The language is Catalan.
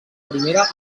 primera